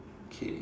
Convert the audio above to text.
okay